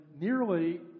nearly